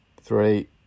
Three